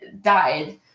died